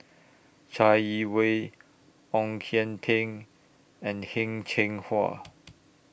Chai Yee Wei Ong Kian Peng and Heng Cheng Hwa